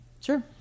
Sure